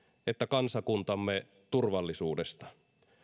että kansakuntamme turvallisuudesta